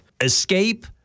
escape